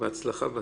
ובהצלחה בתפקיד.